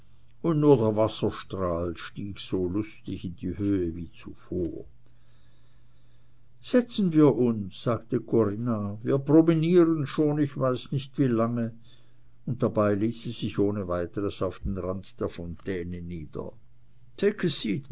und nur der wasserstrahl stieg so lustig in die höhe wie zuvor setzen wir uns sagte corinna wir promenieren schon ich weiß nicht wie lange und dabei ließ sie sich ohne weiteres auf den rand der fontaine nieder